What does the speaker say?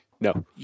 No